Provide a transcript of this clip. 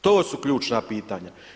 To su ključna pitanja.